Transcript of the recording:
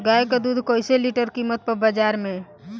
गाय के दूध कइसे लीटर कीमत बा बाज़ार मे?